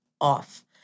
off